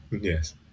Yes